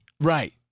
Right